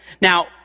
Now